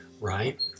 right